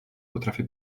potrafię